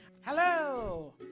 Hello